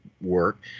work